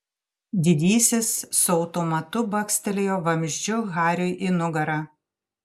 didysis su automatu bakstelėjo vamzdžiu hariui į nugarą